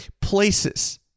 places